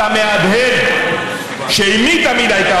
רבותיי, נדמה לי שכבר הוזכר